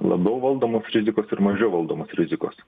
labiau valdomos rizikos ir mažiau valdomos rizikos